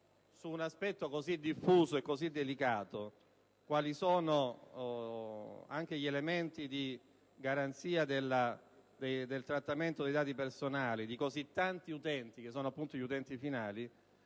una questione così diffusa e delicata quale quella che fa capo agli elementi di garanzia del trattamento dei dati personali di così tanti utenti, che sono appunto gli utenti finali,